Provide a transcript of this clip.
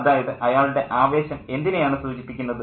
അതായത് അയാളുടെ ആവേശം എന്തിനെയാണ് സൂചിപ്പിക്കുന്നത്